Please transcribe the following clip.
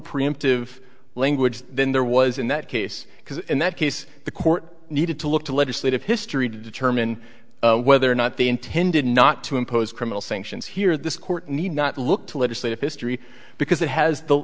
preemptive language than there was in that case because in that case the court needed to look to legislative history to determine whether or not the intended not to impose criminal sanctions here this court need not look to legislative history because it has the